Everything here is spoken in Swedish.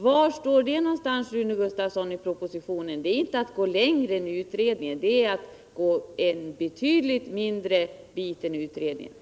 Var någonstans står det i propositionen, Rune Gustavsson? Det är inte att gå längre än utredningen, utan det är att gå en betydligt kortare bit på väg än vad utredningen gör.